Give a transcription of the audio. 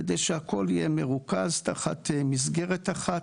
כדי שהכל יהיה מרוכז תחת מסגרת אחת,